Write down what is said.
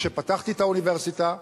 כשפתחתי את האוניברסיטה,